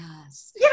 Yes